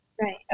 Right